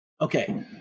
Okay